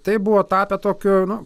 tai buvo tapę tokiu nu